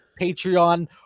Patreon